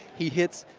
he hits,